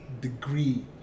degree